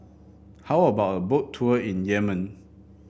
how about a Boat Tour in Yemen